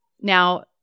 Now